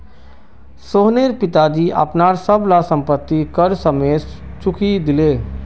सोहनेर पिताजी अपनार सब ला संपति कर समयेत चुकई दिले